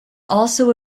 also